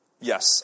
Yes